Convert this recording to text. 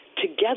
Together